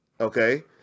okay